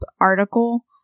article